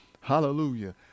hallelujah